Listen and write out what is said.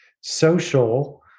social